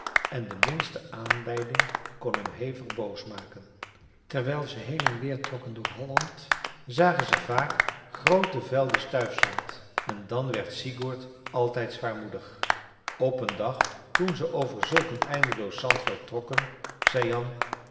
en de minste aanleiding kon hem hevig boos maken terwijl ze heen en weer trokken door halland zagen ze vaak groote velden stuifzand en dan werd sigurd altijd zwaarmoedig op een dag toen ze over zulk een eindeloos zandveld trokken zei jan